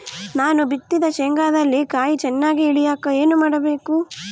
ನಾನು ಬಿತ್ತಿದ ಶೇಂಗಾದಲ್ಲಿ ಕಾಯಿ ಚನ್ನಾಗಿ ಇಳಿಯಕ ಏನು ಮಾಡಬೇಕು?